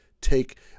take